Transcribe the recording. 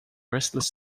restless